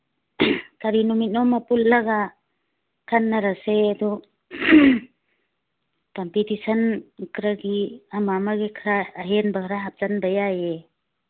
ꯀꯔꯤ ꯅꯨꯃꯤꯠꯅꯣ ꯑꯃ ꯄꯨꯜꯂꯒ ꯈꯟꯅꯔꯁꯤ ꯑꯗꯨ ꯀꯝꯄꯤꯇꯤꯁꯟ ꯈꯔꯒꯤ ꯑꯃ ꯑꯃꯒꯤ ꯈꯔ ꯑꯍꯦꯟꯕ ꯈꯔ ꯍꯥꯞꯆꯤꯟꯕ ꯌꯥꯏꯌꯦ